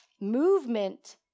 movement